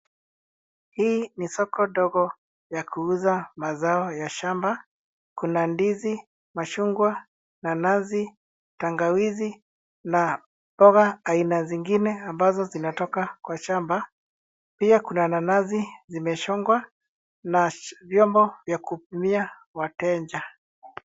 Hii ni soko dogo ya kuuza mazao ya shamba. Kuna ndizi, machungwa, nanasi, tangawizi na mboga aina zingine ambazo zinatoka kwa shamba. Pia kuna nanasi zimechungwa na vyombo vya kupimia wateja.